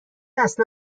اصلا